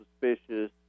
suspicious